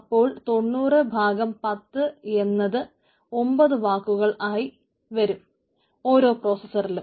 അപ്പോൾ 90 ഭാഗം 10 എന്നത് 9 വാക്കുകൾ വരും ഓരോ പ്രോസസറിനും